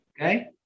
okay